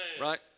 Right